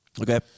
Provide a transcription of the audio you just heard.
Okay